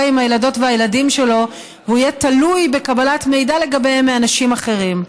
עם הילדות והילדים שלו והוא יהיה תלוי בקבלת מידע לגביהם מאנשים אחרים.